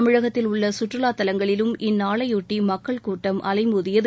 தமிழகத்தில் உள்ள சுற்றுலாத் தலங்களிலும் இந்நாளையொட்டி மக்கள் கூட்டம் அலைமோதியது